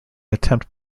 attempt